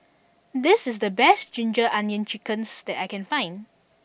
this is the best Ginger Onions Chicken that I can find